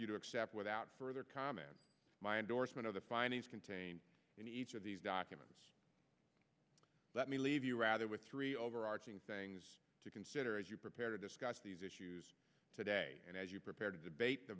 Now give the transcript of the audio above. you to accept without further comment my endorsement of the findings contained in each of these documents let me leave you rather with three overarching things to consider as you prepare to discuss these issues today and as you prepare to debate the